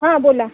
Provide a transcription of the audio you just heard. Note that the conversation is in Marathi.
हां बोला